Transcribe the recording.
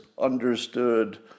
understood